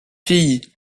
fille